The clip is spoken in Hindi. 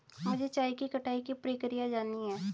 मुझे चाय की कटाई की प्रक्रिया जाननी है